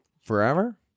forever